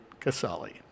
Casali